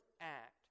act